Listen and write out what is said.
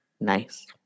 Nice